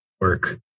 work